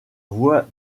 voie